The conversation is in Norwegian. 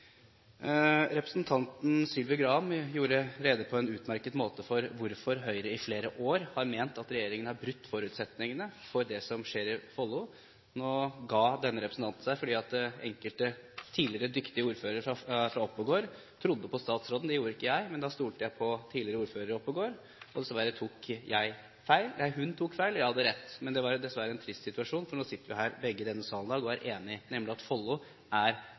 Representanten Sylvi Graham gjorde på en utmerket måte rede for hvorfor Høyre i flere år har ment at regjeringen har brutt forutsetningene for det som skjer i Follo. Nå ga denne representanten seg fordi enkelte tidligere, dyktige ordførere fra Oppegård trodde på statsråden. Det gjorde ikke jeg. Jeg stolte på tidligere ordfører i Oppegård. Hun tok feil, og jeg hadde rett. Men det er dessverre en trist situasjon, for nå sitter vi begge i denne salen i dag og er enige om at Follo rett og slett er